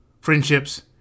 friendships